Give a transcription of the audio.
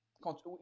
quand